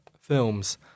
films